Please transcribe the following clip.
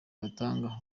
batanga